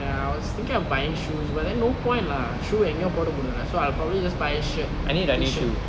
err I was thinking of buying shoes but then no point lah shoe எங்கெ போட போரதுல:engge poda porathula so I will just probably buy shirt T shirt